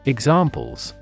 Examples